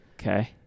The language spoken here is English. Okay